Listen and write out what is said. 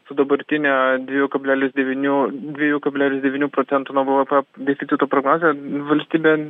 su dabartine dviejų kablelis devynių dviejų kablelis devynių procentų nuo bvp deficito prognoze valstybė